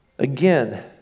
Again